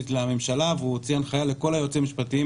לממשלה והוא הוציא הנחייה לכל היועצים המשפטיים